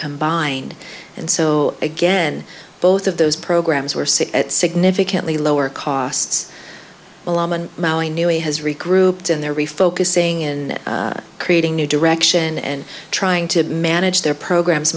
combined and so again both of those programs were seen at significantly lower costs mowing new way has regrouped in their refocusing in creating new direction and trying to manage their programs